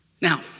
Now